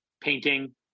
painting